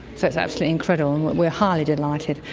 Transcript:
so it's absolutely incredible and we're highly delighted.